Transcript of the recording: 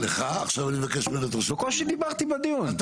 לך, עכשיו אני מבקש ממנו את רשות הדיבור.